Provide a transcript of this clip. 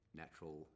natural